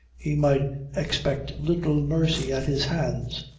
he might expect little mercy at his hands.